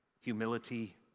humility